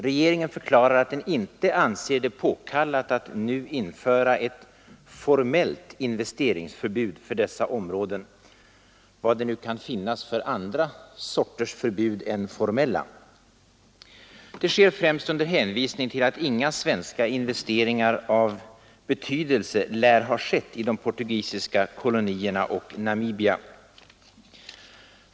Regeringen förklarar att den inte anser det påkallat att nu införa ett formellt investeringsförbud för dessa områden — vad det nu kan finnas för andra sorters förbud än formella. Det sker främst under hänvisning till att inga svenska investeringar av betydelse lär ha skett i de portugisiska kolonierna och Namibia.